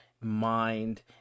mind